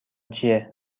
چیه